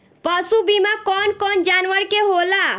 पशु बीमा कौन कौन जानवर के होला?